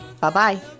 Bye-bye